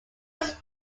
used